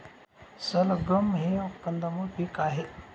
सलगम हे कंदमुळ पीक आहे